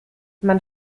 man